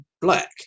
Black